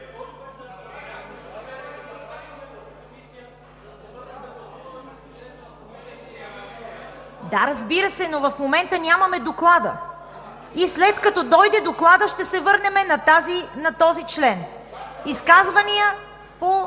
Да, разбира се, но в момента нямаме доклада. След като дойде докладът, ще се върнем на този член. Изказвания по